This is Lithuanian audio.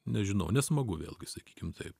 nežinau nesmagu vėlgi sakykim taip